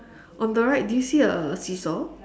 on the right do you see a seesaw